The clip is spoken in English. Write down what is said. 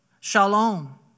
Shalom